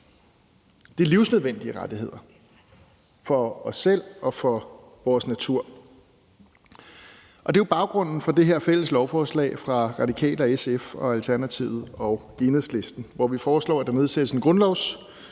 Det er livsnødvendige rettigheder for os selv og for vores natur. Det er jo baggrunden for det her fælles beslutningsforslag fra Radikale, SF, Alternativet og Enhedslisten, hvor vi foreslår, at der nedsættes en